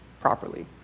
properly